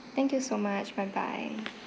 thank you so much bye bye